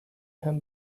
him